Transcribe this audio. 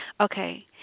okay